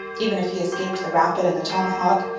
even if he escaped the rapid and the tomahawk,